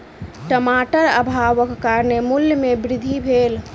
टमाटर अभावक कारणेँ मूल्य में वृद्धि भेल